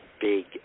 big